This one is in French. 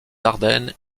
ardennes